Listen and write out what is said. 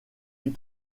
fit